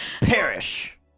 perish